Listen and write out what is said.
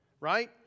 Right